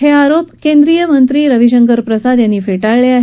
मात्र हे आरोप केंद्रीय मंत्री रवीशंकर प्रसाद यांनी फे ळले आहेत